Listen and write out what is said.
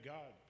God